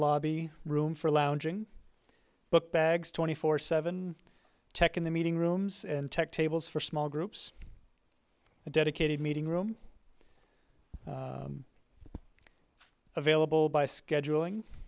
lobby room for lounging book bags twenty four seven tech in the meeting rooms and tech tables for small groups a dedicated meeting room available by scheduling